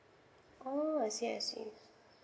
oh I see I see